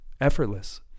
effortless